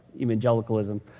evangelicalism